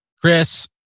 Chris